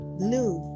blue